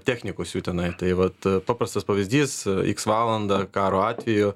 technikos jų tenai tai vat paprastas pavyzdys iks valandą karo atveju